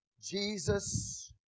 Jesus